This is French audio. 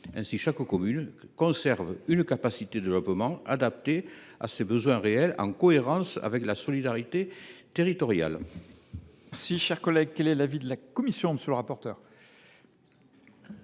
Ainsi, chaque commune conserverait une capacité de développement adaptée à ses besoins réels, en cohérence avec la solidarité territoriale.